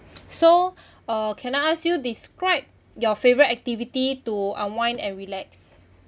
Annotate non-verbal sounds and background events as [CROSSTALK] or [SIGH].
so [BREATH] uh can I ask you describe your favorite activity to unwind and relax